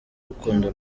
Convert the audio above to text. rukundo